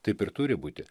taip ir turi būti